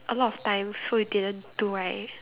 a lot of time so you didn't do right